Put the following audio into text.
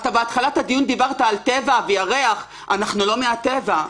בתחילת הדיון דיברת על טבע וירח, אנחנו לא מהטבע.